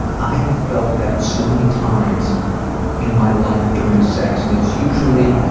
i have felt that so many times in my life during sex and it's usually